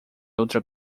outra